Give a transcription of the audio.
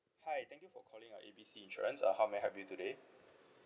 hi thank you for calling our A B C insurance uh how may I help you today